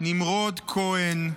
נמרוד כהן,